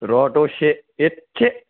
र दसे एथसे